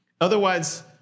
Otherwise